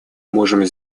можем